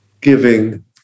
giving